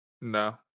No